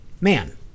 man